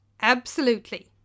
Absolutely